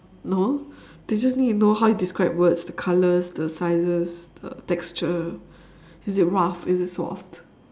no they just need to know how you describe words the colours the sizes the texture is it rough is it soft